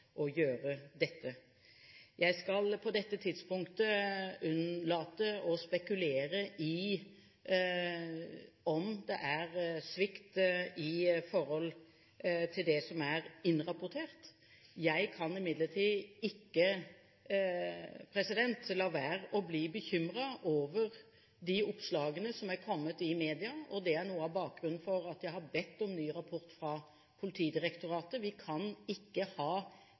gjøre noe med dette. Jeg skal på dette tidspunktet unnlate å spekulere i om det er svikt i det som er innrapportert. Jeg kan imidlertid ikke la være å bli bekymret over de oppslagene som er kommet i media, og det er noe av bakgrunnen for at jeg har bedt om en ny rapport fra Politidirektoratet. Vi kan ikke ha